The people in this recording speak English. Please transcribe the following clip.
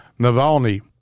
Navalny